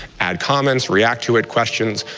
add comments, react to it, questions.